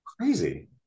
Crazy